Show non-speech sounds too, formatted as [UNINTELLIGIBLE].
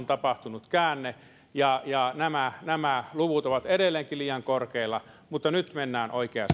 [UNINTELLIGIBLE] tapahtunut käänne nämä nämä luvut ovat edelleenkin liian korkealla mutta nyt mennään oikeaan [UNINTELLIGIBLE]